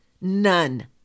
None